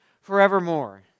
forevermore